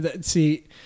see